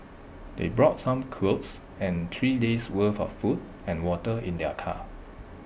they brought some clothes and three days' worth of food and water in their car